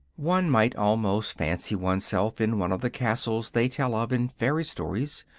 one might almost fancy oneself in one of the castles they tell of in fairy-stories,